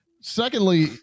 Secondly